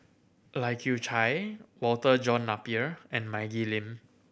Lai Kew Chai Walter John Napier and Maggie Lim